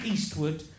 Eastwood